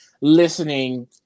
listening